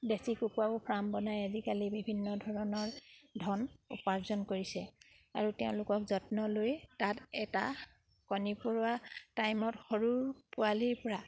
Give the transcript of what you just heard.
দেশী কুকুৰাও ফাৰ্ম বনাই আজিকালি বিভিন্ন ধৰণৰ ধন উপাৰ্জন কৰিছে আৰু তেওঁলোকক যত্ন লৈ তাত এটা কণীৰপৰা টাইমত সৰুৰ পোৱালিৰপৰা